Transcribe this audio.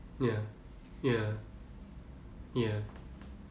ya ya ya